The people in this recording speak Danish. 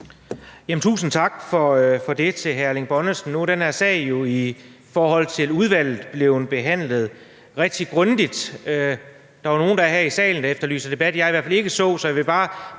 Tusind tak for det, vil jeg sige til hr. Erling Bonnesen. Nu er den her sag jo i forhold til udvalget blevet behandlet rigtig grundigt. Der er nogen her i salen, der efterlyser debat, og som jeg i hvert fald ikke så der, så jeg vil bare